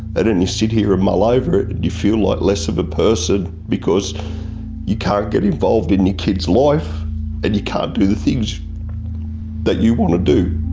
ah you sit here and mull over it and you feel like less of a person because you can't get involved in your kid's life and you can't do the things that you want to do.